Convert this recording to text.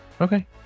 Okay